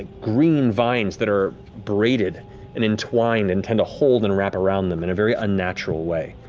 green vines that are braided and entwined and tend to hold and wrap around them, in a very unnatural way.